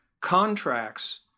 contracts